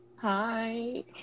hi